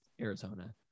Arizona